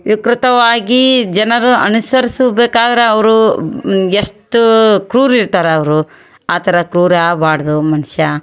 ವಿಕೃತವಾಗಿ ಜನರು ಅನುಸರ್ಸ ಬೇಕಾದ್ರೆ ಅವ್ರು ಎಷ್ಟು ಕ್ರೂರಿ ಇರ್ತಾರೆ ಅವರು ಆ ಥರ ಕ್ರೂರಿ ಆಗ್ಬಾರ್ದು ಮನುಷ್ಯ